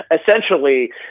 essentially